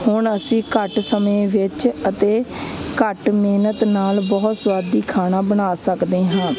ਹੁਣ ਅਸੀਂ ਘੱਟ ਸਮੇਂ ਵਿੱਚ ਅਤੇ ਘੱਟ ਮਿਹਨਤ ਨਾਲ ਬਹੁਤ ਸੁਆਦੀ ਖਾਣਾ ਬਣਾ ਸਕਦੇ ਹਾਂ